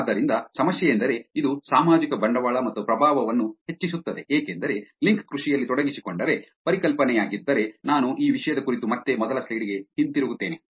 ಆದ್ದರಿಂದ ಸಮಸ್ಯೆಯೆಂದರೆ ಇದು ಸಾಮಾಜಿಕ ಬಂಡವಾಳ ಮತ್ತು ಪ್ರಭಾವವನ್ನು ಹೆಚ್ಚಿಸುತ್ತದೆ ಏಕೆಂದರೆ ಲಿಂಕ್ ಕೃಷಿಯಲ್ಲಿ ತೊಡಗಿಸಿಕೊಂಡರೆ ಪರಿಕಲ್ಪನೆಯಾಗಿದ್ದರೆ ನಾನು ಈ ವಿಷಯದ ಕುರಿತು ಮತ್ತೆ ಮೊದಲ ಸ್ಲೈಡ್ ಗೆ ಹಿಂತಿರುಗುತ್ತೇನೆ